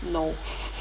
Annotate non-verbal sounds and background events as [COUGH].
no [LAUGHS]